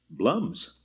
Blums